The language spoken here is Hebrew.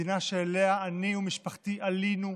מדינה שאליה אני ומשפחתי עלינו,